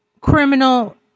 Criminal